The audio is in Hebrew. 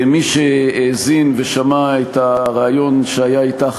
ומי שהאזין ושמע את הריאיון שהיה אתך,